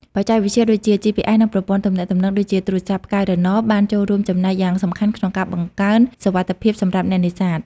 បច្ចេកវិទ្យាដូចជា GPS និងប្រព័ន្ធទំនាក់ទំនង ដូចជាទូរស័ព្ទផ្កាយរណប បានចូលរួមចំណែកយ៉ាងសំខាន់ក្នុងការបង្កើនសុវត្ថិភាពសម្រាប់អ្នកនេសាទ។